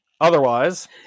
Otherwise